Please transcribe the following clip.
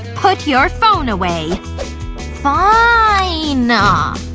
put your phone away fiiiiiine.